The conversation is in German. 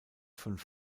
fünf